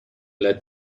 let